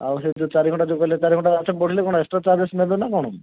ଆଉ ସେଇ ଯେଉଁ ଚାରି ଘଣ୍ଟା ଯେଉଁ କହିଲେ ତାଠୁ ବଢ଼ିଲେ କ'ଣ ଏକ୍ସଟ୍ରା ଚାର୍ଜେସ୍ ନେବେ ନା କ'ଣ